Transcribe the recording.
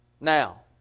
Now